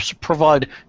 provide